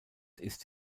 ist